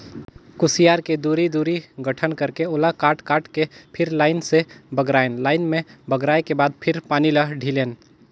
खुसियार के दूरी, दूरी गठन करके ओला काट काट के फिर लाइन से बगरायन लाइन में बगराय के बाद फिर पानी ल ढिलेन